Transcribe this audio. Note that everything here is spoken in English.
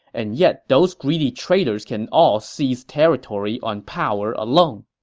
and yet those greedy traitors can all seize territory on power alone.